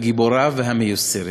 הגיבורה והמיוסרת.